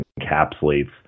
encapsulates